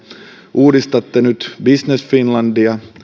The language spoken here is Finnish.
uudistatte nyt business finlandia